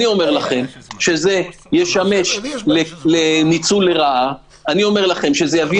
אני אומר לכם שזה ישמש לניצול לרעה וזה יביא